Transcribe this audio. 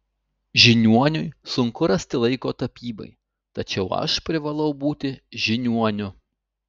žiniuoniui sunku rasti laiko tapybai tačiau aš privalau būti žiniuoniu